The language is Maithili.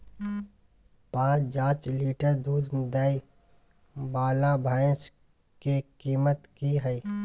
प जॉंच लीटर दूध दैय वाला भैंस के कीमत की हय?